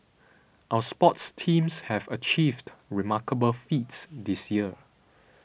our sports teams have achieved remarkable feats this year